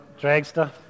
dragster